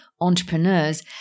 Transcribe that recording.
entrepreneurs